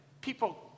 people